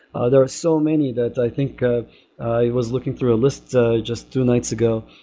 ah there are so many that i think ah i was looking through a list ah just two nights ago.